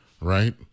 right